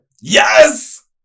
Yes